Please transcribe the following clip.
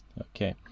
Okay